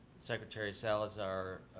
secretary salazar,